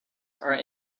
are